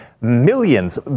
millions